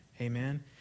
Amen